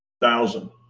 thousand